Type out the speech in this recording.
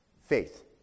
faith